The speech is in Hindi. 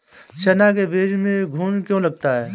चना के बीज में घुन क्यो लगता है?